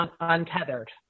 untethered